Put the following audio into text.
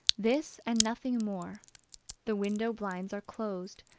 this and nothing more the window blinds are closed,